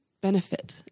benefit